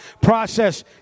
process